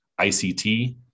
ICT